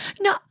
no